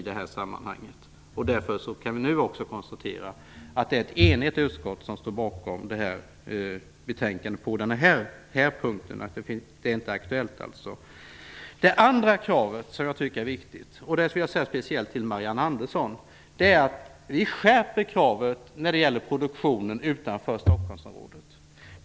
Därför kan vi nu konstatera att det på den här punkten är ett enigt utskott som står bakom betänkandet. Det andra kravet som jag tycker är viktigt - och det här säger jag speciellt till Marianne Andersson - är att vi skärper kravet när det gäller produktionen utanför Stockholmsområdet.